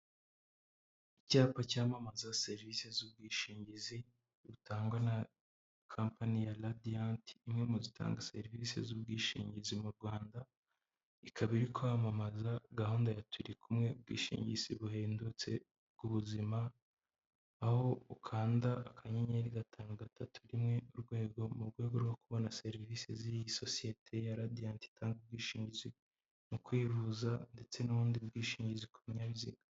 Icyapa cyamamaza serivisi z'ubwishingizi butangwa na company ya radiant imwe mu zitanga serivisi z'ubwishingizi mu Rwanda. Ikaba irikwamamaza gahunda ya turi kumwe ubwishingizi buhendutse bw'ubuzima. Aho ukanda akanyeri gatanu, gatatu, rimwe ,urwego mu rwego rwo kubona serivisi z'iyi sosete ya radiant itanga ubwishingizi mu kwivuza, ndetse n'ubundi bwishingizi ku binyabiziga.